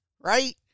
Right